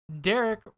Derek